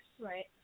Right